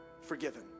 forgiven